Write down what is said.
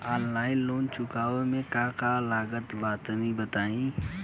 Online loan चुकावे म का का लागत बा तनि बताई?